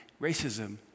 Racism